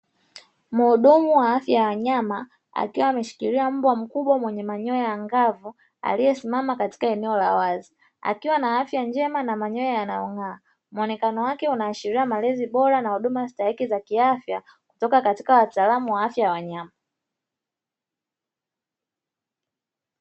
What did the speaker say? Muhudumu wa afya ya wanyama akiwa ameshikilia mbwa mkubwa mwenye manyoya angavu, aliyesimama katika eneo la wazi; akiwa na afya njema na manyoya yanayo ng’aa muonekanao wake unaashiria malezi bora na huduma staiki za kiafya kutoka katika wataalamu wa afya wa wanyama.